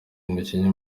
umukinnyi